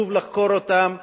וחשוב לחקור אותם,